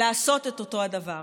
לעשות את אותו הדבר.